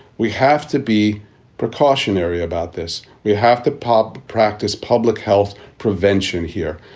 we have to be precautionary about this. we have to pop practice public health prevention here.